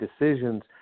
decisions